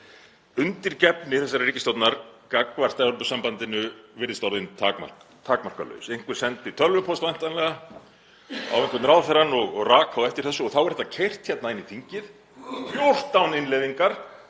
Undirgefni þessarar ríkisstjórnar gagnvart Evrópusambandinu virðist orðin takmarkalaus. Einhver sendi tölvupóst væntanlega á einhvern ráðherrann og rak á eftir þessu og þá er þetta keyrt hérna inn í þingið, 14 innleiðingar